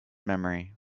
memory